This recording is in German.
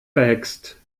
verhext